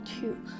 two